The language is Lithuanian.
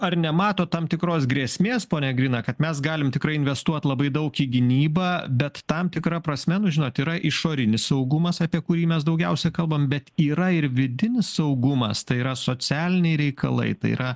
ar nematot tam tikros grėsmės pone grina kad mes galim tikrai investuot labai daug į gynybą bet tam tikra prasme nu žinot yra išorinis saugumas apie kurį mes daugiausia kalbam bet yra ir vidinis saugumas tai yra socialiniai reikalai tai yra